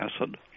acid